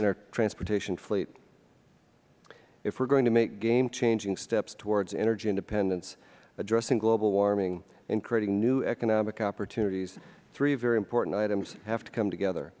our transportation fleet if we are going to make game changing steps towards energy independence addressing global warming and creating new economic opportunities three very important items have to come together